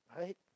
right